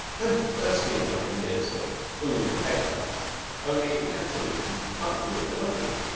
i'm bursting with ideas for booming the paper only naturally you can't do it for nothing.